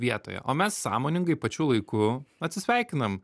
vietoje o mes sąmoningai pačiu laiku atsisveikinam